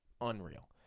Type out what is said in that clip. unreal